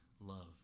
love